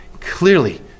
Clearly